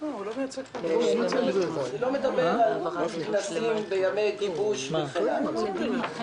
אני לא מדבר על כנסים וימי גיבוש וכן הלאה,